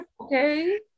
Okay